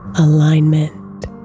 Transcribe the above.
Alignment